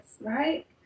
right